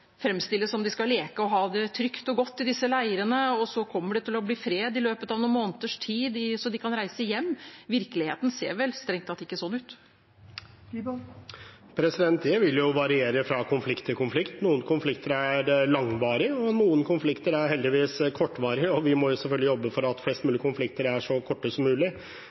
ha det trygt og godt i disse leirene, slik representanten framstiller det, og så kommer det til å bli fred i løpet av noen måneders tid, slik at de kan reise hjem? Virkeligheten ser vel strengt tatt ikke slik ut? Det vil jo variere fra konflikt til konflikt. Noen konflikter er langvarige, og noen konflikter er heldigvis kortvarige. Vi må selvfølgelig jobbe for at flest mulig konflikter er så korte som mulig.